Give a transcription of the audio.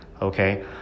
okay